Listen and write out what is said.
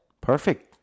perfect